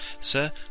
Sir